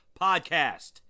podcast